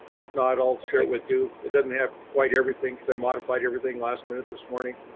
if not, i'll share it with you. it doesn't have quite everything because i might apply to everything last minute this morning.